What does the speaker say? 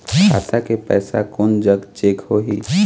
खाता के पैसा कोन जग चेक होही?